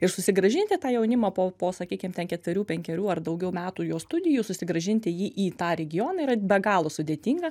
ir susigrąžinti tą jaunimo po po sakykim ten ketverių penkerių ar daugiau metų jau studijų susigrąžinti jį į tą regioną yra be galo sudėtinga